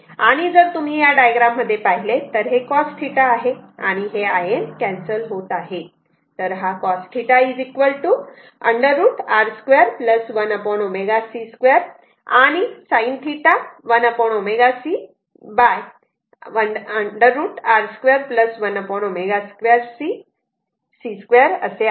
आणि जर तुम्ही या डायग्राम मध्ये पाहिले तर हे cos θ आहे आणि हे Im कॅन्सल होत आहे तर हा cos θ √ R 2 1 ω c 2 आणि sin θ 1ω c √ R 2 1 ω c 2 असे आहे